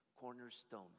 cornerstone